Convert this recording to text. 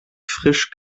frisch